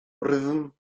rhythm